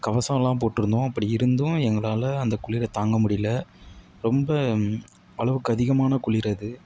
கவசமெலாம் போட்டிருந்தோம் அப்படி இருந்தும் எங்களால் அந்த குளிரை தாங்க முடியல ரொம்ப அளவுக்கு அதிகமான குளிர் அது